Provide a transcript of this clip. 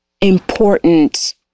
important